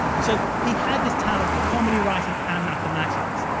so he had this talent for comedy writing and mathematics.